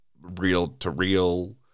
real-to-real